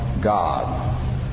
God